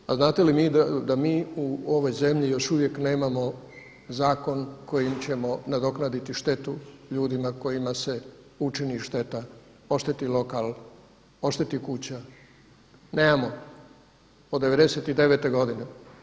O.k. A znate li da mi u ovoj zemlji još uvijek nemamo zakon kojim ćemo nadoknaditi štetu ljudima kojima se učini šteta, ošteti lokal, ošteti kuća, nemamo od '99. godine.